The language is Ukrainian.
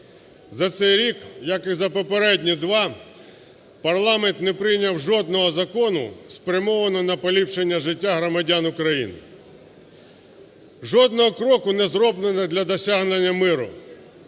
За цей рік, як і за попередні два, парламент не прийняв жодного закону, спрямованого на поліпшення життя громадян України. Жодного кроку не зроблено для досягнення миру,